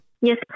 Yes